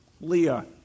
Leah